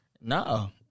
No